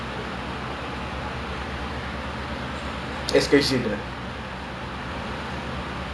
I don't know what is it call it's like a outing I don't know it's like oh it thi~ it's a volunteer it's a volunteering